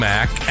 Mac